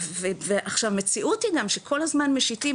עכשיו המציאות היא גם שכל הזמן משטים